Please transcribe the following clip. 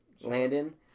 Landon